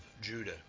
Judah